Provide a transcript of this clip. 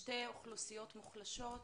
שתי אוכלוסיות מוחלשות,